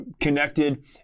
connected